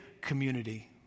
community